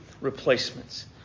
replacements